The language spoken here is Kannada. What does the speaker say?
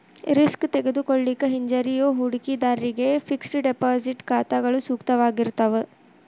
ರಿಸ್ಕ್ ತೆಗೆದುಕೊಳ್ಳಿಕ್ಕೆ ಹಿಂಜರಿಯೋ ಹೂಡಿಕಿದಾರ್ರಿಗೆ ಫಿಕ್ಸೆಡ್ ಡೆಪಾಸಿಟ್ ಖಾತಾಗಳು ಸೂಕ್ತವಾಗಿರ್ತಾವ